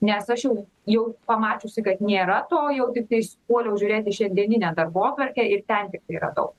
nes aš jau jau pamačiusi kad nėra to jau tiktais puoliau žiūrėti šiandieninę darbotvarkę ir ten tikrai radau